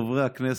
חברי הכנסת,